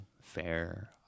fair